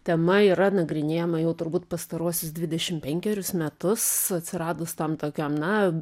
tema yra nagrinėjama jau turbūt pastaruosius dvidešimt penkerius metus atsiradus tam tokiam na